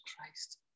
Christ